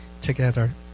together